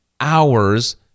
hours